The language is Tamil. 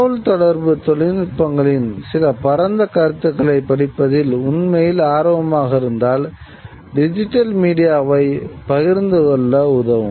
தகவல்தொடர்பு தொழில்நுட்பங்களின் சில பரந்த கருத்துக்களை படிப்பதில் உண்மையில் ஆர்வமாக இருந்தால் டிஜிட்டல் மீடியாவைப் புரிந்து கொள்ள உதவும்